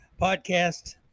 podcast